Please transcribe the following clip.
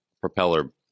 propeller